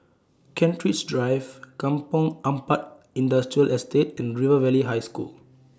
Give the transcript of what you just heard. Kent Ridge Drive Kampong Ampat Industrial Estate and River Valley High School